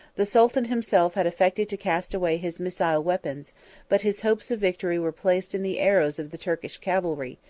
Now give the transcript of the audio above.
the sultan himself had affected to cast away his missile weapons but his hopes of victory were placed in the arrows of the turkish cavalry,